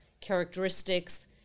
characteristics